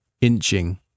inching